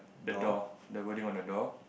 the door the wording on the door